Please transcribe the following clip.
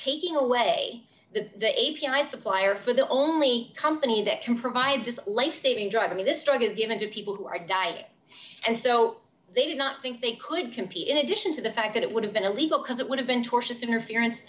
taking away the a p i supplier for the only company that can provide this lifesaving drugs i mean this drug is given to people who are dying and so they did not think they could compete in addition to the fact that it would have been illegal because it would have been tortious interference